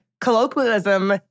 colloquialism